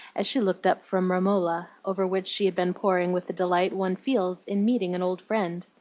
as she looked up from romola, over which she had been poring with the delight one feels in meeting an old friend.